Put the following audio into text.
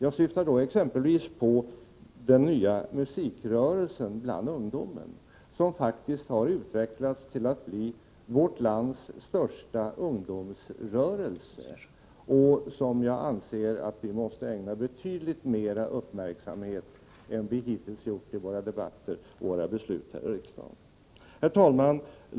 Jag syftar exempelvis på den nya musikrörelsen bland ungdomen, som faktiskt har utvecklats till att bli vårt lands största ungdomsrörelse och som jag anser att vi måste ägna betydligt mera uppmärksamhet än vi hittills gjort i våra debatter och vid våra beslut här i riksdagen. Herr talman!